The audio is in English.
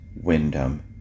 Wyndham